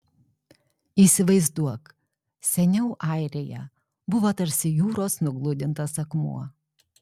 įsivaizduok seniau airija buvo tarsi jūros nugludintas akmuo